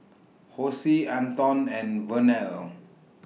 Hosie Anton and Vernell